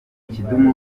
kidum